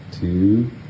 two